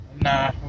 Nah